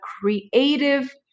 creative